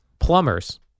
plumbers